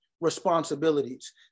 responsibilities